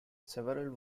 several